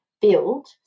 build